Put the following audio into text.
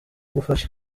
gufasha